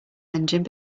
engine